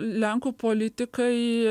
lenkų politikai